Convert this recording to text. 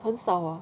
很少 ah